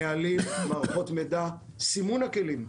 נהלים, מערכות מידע, סימון הכלים.